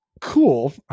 cool